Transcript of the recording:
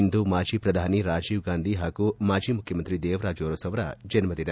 ಇಂದು ಮಾಜಿ ಪ್ರಧಾನಿ ರಾಜೀವ್ಗಾಂಧಿ ಹಾಗೂ ಮಾಜಿ ಮುಖ್ಯಮಂತ್ರಿ ದೇವರಾಜು ಅರಸು ಅವರ ಜನ್ಮದಿನ